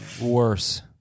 worse